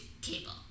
cable